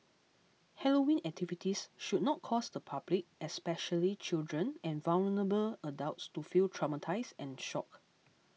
Halloween activities should not cause the public especially children and vulnerable adults to feel traumatised and shocked